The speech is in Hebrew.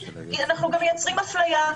תסביר קצת את עיקרי המתווה,